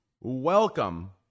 Welcome